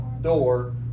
door